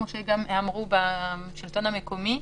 כמו שגם אמרו בשלטון המקומי,